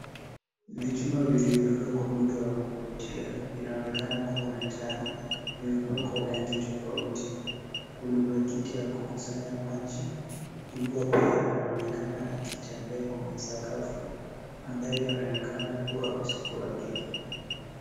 Vichuma vilivyoundwa kwa muundo wa kuvutia vinaonekana kuwa na taa. Vimepakwa rangi tofauti. Kuna bakiti ya kukusanya maji. Mbwa pia anaonekana akitembea kwenye sakafu. Mandhari yanaonekana kuwa usiku wa giza